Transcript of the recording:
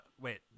Wait